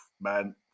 man